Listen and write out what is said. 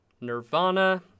Nirvana